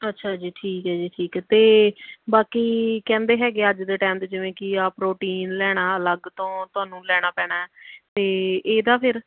ਅੱਛਾ ਜੀ ਠੀਕ ਹੈ ਜੀ ਠੀਕ ਹੈ ਅਤੇ ਬਾਕੀ ਕਹਿੰਦੇ ਹੈਗੇ ਅੱਜ ਦੇ ਟਾਈਮ 'ਚ ਜਿਵੇਂ ਕਿ ਆਹ ਪ੍ਰੋਟੀਨ ਲੈਣਾ ਅਲੱਗ ਤੋਂ ਤੁਹਾਨੂੰ ਲੈਣਾ ਪੈਣਾ ਅਤੇ ਇਹਦਾ ਫਿਰ